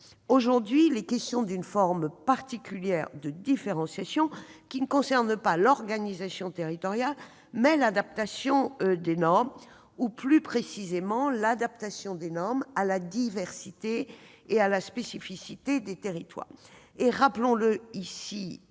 Aujourd'hui, il est question d'une forme particulière de différenciation, qui concerne non pas l'organisation territoriale, mais l'adaptation des normes ou, plus précisément, l'adaptation des normes à la diversité et à la spécificité des territoires. Rappelons-le très